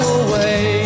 away